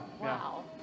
Wow